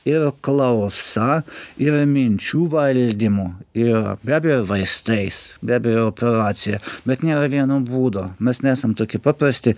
ir klausa ir minčių valdymo ir be abejo vaistais be abejo operacija bet nėra vieno būdo mes nesam tokie paprasti